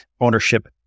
ownership